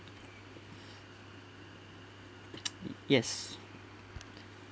yes